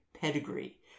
pedigree